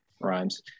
Rhymes